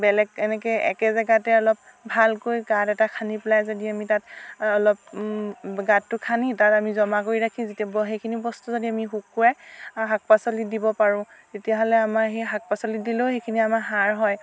বেলেগ এনেকে একে জাগাতে অলপ ভালকৈ গাত এটা খান্দি পেলাই যদি আমি তাত অলপ গাতটো খান্দি তাত আমি জমা কৰি ৰাখি যেতিয়া সেইখিনি বস্তু যদি আমি শুকুৱাই শাক পাচলিত দিব পাৰোঁ তেতিয়া হ'লে আমাৰ সেই শাক পাচলিত দিলেও সেইখিনি আমাৰ সাৰ হয়